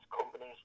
companies